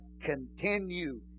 continue